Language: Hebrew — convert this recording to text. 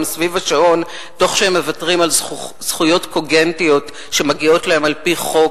סביב השעון תוך הם מוותרים על זכויות קוגנטיות שמגיעות להם על-פי חוק,